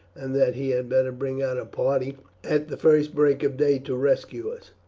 and that he had better bring out a party at the first break of day to rescue us.